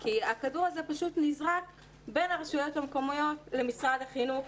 כי הכדור הזה פשוט נזרק בין הרשויות המקומיות לבין משרד החינוך.